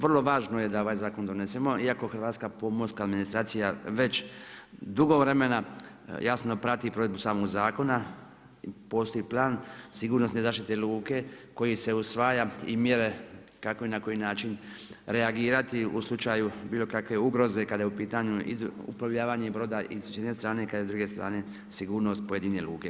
Vrlo važno je da ovaj zakon donesemo, iako Hrvatska pomorska administracija već dugo vremena jasno da prati provedbu samog zakona, postoji i plan sigurnosne zaštite i luke, koji se usvaja i mjere kakve i na koji način reagirati slučaju bilo kakve ugroze kad je u pitanju i uplovljavanje broda i s jedne strane, kad je s druge strane sigurnost pojedine luke.